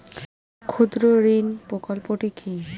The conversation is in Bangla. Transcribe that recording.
ক্ষুদ্রঋণ প্রকল্পটি কি?